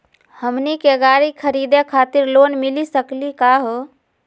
हमनी के गाड़ी खरीदै खातिर लोन मिली सकली का हो?